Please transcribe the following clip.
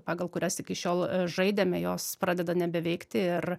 pagal kurias iki šiol žaidėme jos pradeda nebeveikti ir